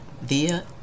via